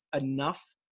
enough